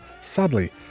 sadly